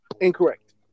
Incorrect